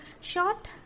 short